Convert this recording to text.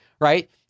right